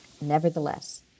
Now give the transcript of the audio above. nevertheless